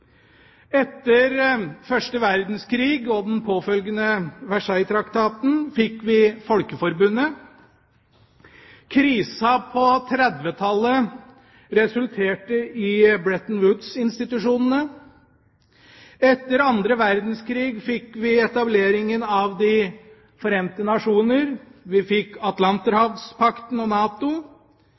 Etter første verdenskrig og den påfølgende Versaillestraktaten fikk vi Folkeforbundet. Krisa på 1930-tallet resulterte i Bretton Woods-institusjonene. Etter annen verdenskrig fikk vi etableringa av De forente nasjoner, vi fikk Atlanterhavspakten og NATO